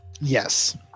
Yes